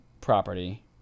property